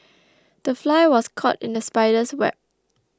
the fly was caught in the spider's web